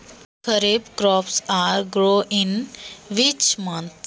खरीप पिके कोणत्या महिन्यात केली जाते?